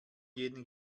jeden